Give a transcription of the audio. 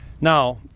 Now